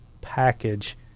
package